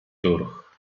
durch